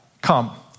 Come